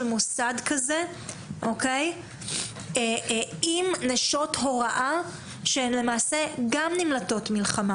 מוסד כזה עם נשות הוראה שהן למעשה גם נמלטות מלחמה